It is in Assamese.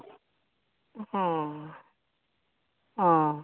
অ অ